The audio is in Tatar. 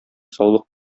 саулык